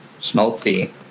schmaltzy